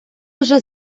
уже